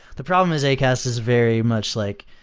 the problem is acaster is very much like,